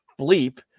bleep